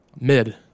Mid